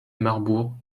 marbourg